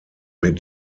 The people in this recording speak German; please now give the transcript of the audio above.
mit